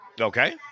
Okay